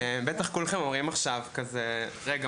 בטח כולכם אומרים עכשיו כזה "רגע,